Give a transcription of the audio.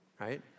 right